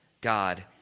God